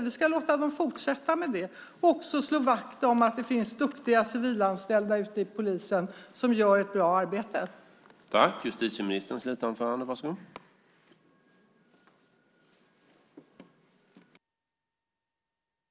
Vi ska låta dem fortsätta med det och också slå vakt om de duktiga civilanställda som gör ett bra arbete hos polisen.